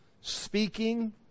speaking